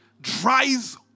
dries